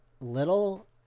little